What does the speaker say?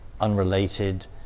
unrelated